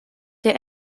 der